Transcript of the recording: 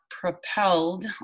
propelled